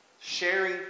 Sharing